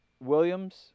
Williams